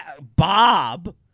Bob